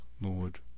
Lord